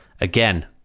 again